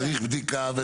צריך בדיקה.